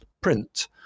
print